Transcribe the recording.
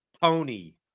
Tony